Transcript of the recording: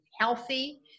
healthy